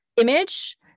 image